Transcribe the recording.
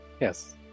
Yes